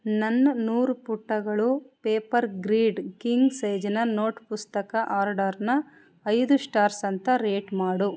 ನನ್ನ ನೂರು ಪುಟಗಳು ಪೇಪರ್ ಗ್ರಿಡ್ ಕಿಂಗ್ ಸೈಜಿನ ನೋಟ್ ಪುಸ್ತಕ ಆರ್ಡರ್ನ ಐದು ಶ್ಟಾರ್ಸ್ ಅಂತ ರೇಟ್ ಮಾಡು